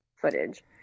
footage